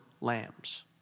lambs